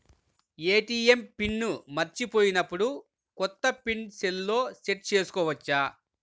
ATM PIN మరచిపోయినప్పుడు, కొత్త PIN సెల్లో సెట్ చేసుకోవచ్చా?